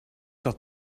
dat